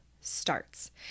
starts